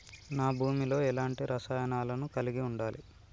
నా భూమి లో ఎలాంటి రసాయనాలను కలిగి ఉండాలి?